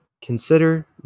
Consider